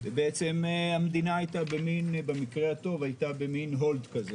והמדינה במקרה הטוב הייתה במין "הולד".